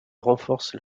renforcent